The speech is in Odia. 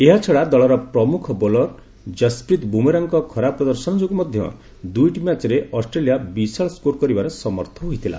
ଏହାଛଡା ଦଳର ପ୍ରମୁଖ ବୋଲର ଯଶ୍ପ୍ରିତ ବୁମ୍ରାଙ୍କ ଖରାପ ପ୍ରଦର୍ଶନ ଯୋଗୁଁ ମଧ୍ୟ ପ୍ରଥମ ଦୁଇଟି ମ୍ୟାଚରେ ଅଷ୍ଟ୍ରେଲିଆ ବିଶାଳ ସ୍କୋର କରିବାରେ ସମର୍ଥ ହୋଇଥିଲା